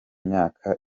myaka